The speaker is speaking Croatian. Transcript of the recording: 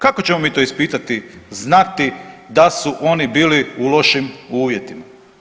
Kako ćemo mi to ispitati, znati da su oni bili u lošim uvjetima.